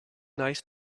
nice